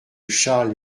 charles